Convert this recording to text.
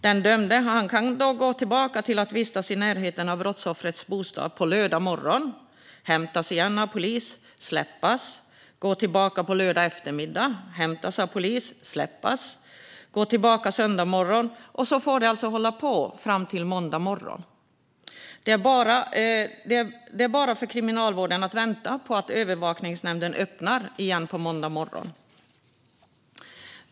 Den dömde kan gå tillbaka till och vistas i närheten av brottsoffrets bostad på lördag morgon, hämtas igen av polis, släppas, gå tillbaka på lördag eftermiddag, hämtas av polis, släppas, gå tillbaka på söndag morgon - och så får det alltså hålla på fram till måndag morgon. Det är bara för Kriminalvården att vänta på att övervakningsnämnden öppnar igen på måndag morgon.